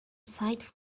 sight